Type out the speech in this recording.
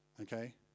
Okay